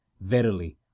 Verily